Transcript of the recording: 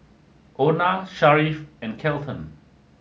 Ona Sharif and Kelton